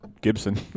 Gibson